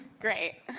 Great